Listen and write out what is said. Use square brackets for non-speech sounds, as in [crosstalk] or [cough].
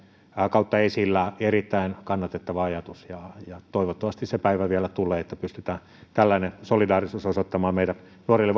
kautta esillä erittäin kannatettava ajatus ja toivottavasti se päivä vielä tulee että pystytään tällainen solidaarisuus osoittamaan meidän nuorille [unintelligible]